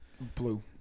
Blue